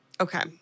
Okay